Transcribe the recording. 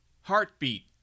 Heartbeat